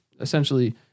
essentially